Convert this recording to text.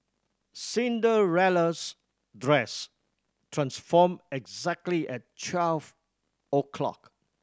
Cinderella's dress transformed exactly at twelve o'clock